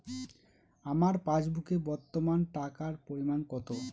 আমার পাসবুকে বর্তমান টাকার পরিমাণ কত?